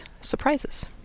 Surprises